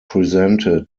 presented